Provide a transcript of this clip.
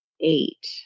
eight